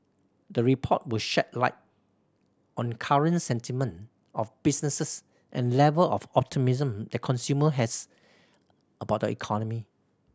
the report will shed light on current sentiment of businesses and level of optimism that consumer has about the economy